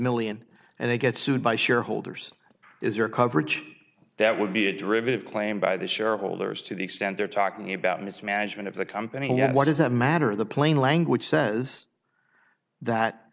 million and they get sued by shareholders is their coverage that would be a derivative claim by the shareholders to the extent they're talking about mismanagement of the company you know what is a matter of the plain language says that